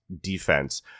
defense